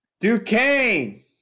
duquesne